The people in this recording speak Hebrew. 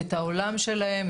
את העולם שלהם,